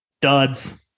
duds